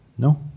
No